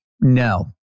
no